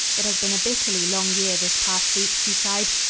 it has been a bitterly long year, this past week, she sighed.